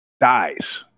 dies